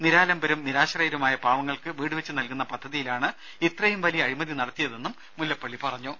നിരാലംബരും നിരാശ്രയരുമായ പാവങ്ങൾക്ക് വീടു വച്ചുനൽകുന്ന പദ്ധതിയിലാണ് ഇത്രയും വലിയ അഴിമതി നടത്തിയതെന്നും മുല്ലപ്പള്ളി പറഞ്ഞു